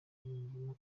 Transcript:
yiyumvamo